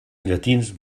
llatins